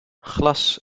glas